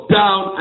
down